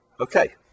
Okay